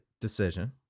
decision